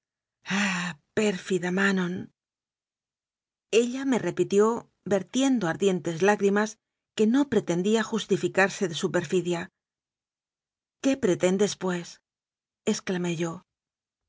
manon ella me repitió vertiendo ardientes lágrimas que no pretendía justificarse de su per fidia qué pretendes pues exclamé yo